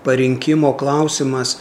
parinkimo klausimas